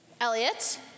Elliot